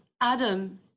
Adam